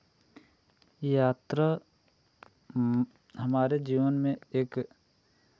यात्रा हमारे जीवन में एक